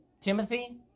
Timothy